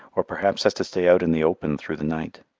or perhaps has to stay out in the open through the night.